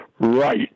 right